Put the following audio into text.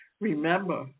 Remember